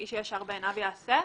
איש הישר בעיניו יעשה.